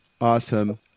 Awesome